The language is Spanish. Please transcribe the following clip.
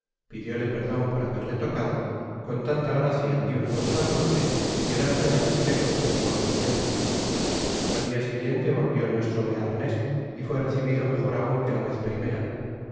pidióle perdon por haberle tocado con tanta gracia y una voz tan dulce que d artagnan se le concedió al momento al dia siguiente volvió nuestro bearnés y fué recibido mejor aun que la vez primera